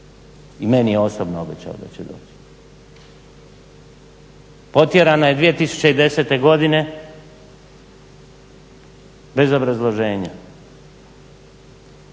i meni je osobno obećao da će doći. Potjerana je 2010.godine bez obrazloženja.